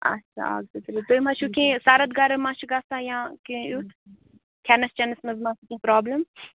اَچھا اَکھ زٕ تُہۍ ما چھُو کینٛہہ سَرٕد گَرٕم ما چھُ گژھان یا کینٛہہ یُتھ کھٮ۪نَس چٮ۪نَس منٛز ما کینٛہہ پرٛابلِم